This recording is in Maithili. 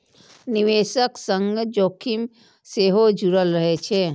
निवेशक संग जोखिम सेहो जुड़ल रहै छै